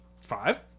five